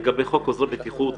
לגבי חוק עוזרי בטיחות,